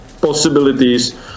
possibilities